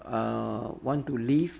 err want to leave